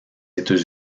états